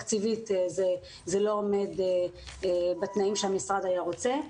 תקציבית זה לא עומד בתנאים שהמשרד היה רוצה.